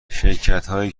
شرکتهایی